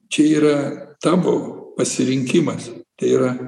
čia yra tavo pasirinkimas tai yra